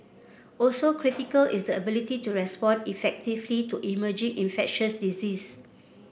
also critical is the ability to respond effectively to emerging infectious disease